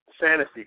fantasy